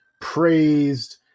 praised